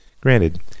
Granted